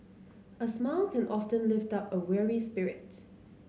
a smile can often lift up a weary spirit